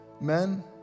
Men